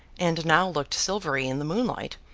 and now looked silvery in the moonlight,